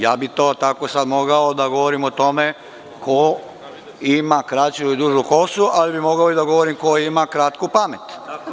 Ja bih sada mogao da govorim o tome ko ima kraću i dužu kosu, ali bih mogao i da govorim ko ima kratku pamet.